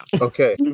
Okay